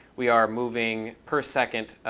we are moving per second,